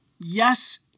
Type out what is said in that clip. Yes